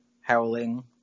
howling